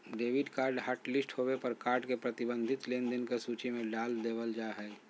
debit card hotlist होबे पर card के प्रतिबंधित लेनदेन के सूची में डाल देबल जा हय